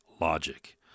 logic